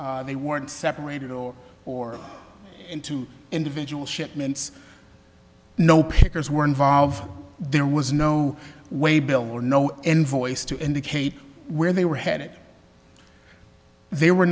they weren't separated or or into individual shipments no pickers were involved there was no way bill were no envoys to indicate where they were headed there were